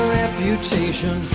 reputation